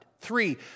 Three